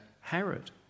herod